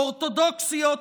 אורתודוקסיות,